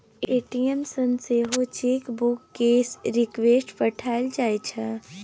ATM सँ सेहो chequebook केर रिक्वेस्ट पठाएल जाइ छै